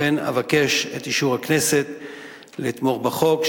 לכן אבקש את אישור ותמיכת הכנסת בהצעת החוק,